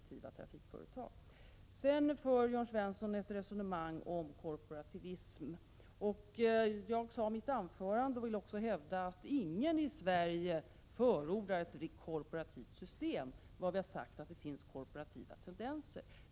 Jörn Svensson för vidare ett resonemang om korporativism. Jag sade i mitt — Prot. 1986/87:54 anförande och vill också hävda att ingen i Sverige förordar ett korporativt 14 januari 1987 system, men att det finns korporativa tendenser.